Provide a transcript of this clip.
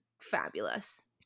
fabulous